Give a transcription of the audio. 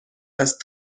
است